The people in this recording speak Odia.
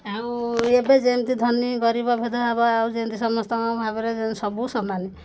ଆଉ ଏବେ ଯେମିତି ଧନୀ ଗରିବ ଭେଦ ହେବ ଆଉ ଯେମତି ସମସ୍ତଙ୍କ ଭାବରେ ସବୁ ସମାନ